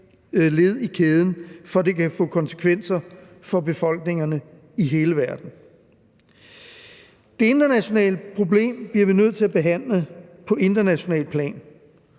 led i kæden til, at det kan få konsekvenser for befolkningerne i hele verden. Det internationale problem bliver vi nødt til at behandle på internationalt plan,